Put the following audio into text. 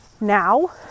now